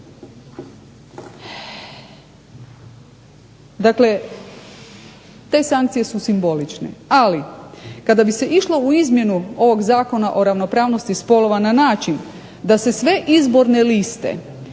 Dakle te sankcije su simbolične. Ali kada bi se išlo u izmjenu ovog zakona o ravnopravnosti spolova na način da se sve izborne liste